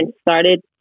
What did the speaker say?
started